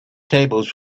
tables